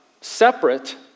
separate